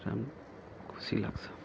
राम्रो खुसी लाग्छ